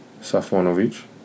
Safonovich